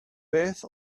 beth